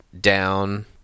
down